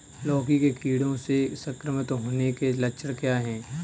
लौकी के कीड़ों से संक्रमित होने के लक्षण क्या हैं?